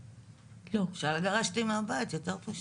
אפשר לגרש אותי מהבית, יותר פשוט.